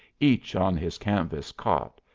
each on his canvas cot,